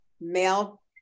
male